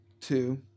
Two